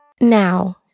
Now